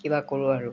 কিবা কৰোঁ আৰু